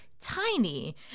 tiny